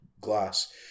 Glass